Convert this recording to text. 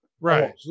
Right